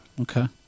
Okay